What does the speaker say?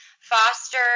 Foster